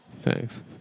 Thanks